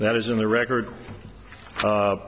that is in the record